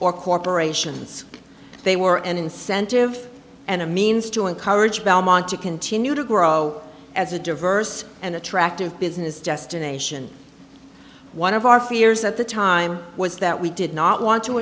or corporations they were an incentive and a means to encourage belmont to continue to grow as a diverse and attractive business destination one of our fears at the time was that we did not want to